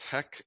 Tech